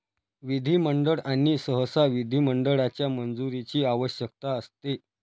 विधिमंडळ आणि सहसा विधिमंडळाच्या मंजुरीची आवश्यकता असते